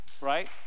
right